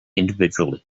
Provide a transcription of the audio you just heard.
individually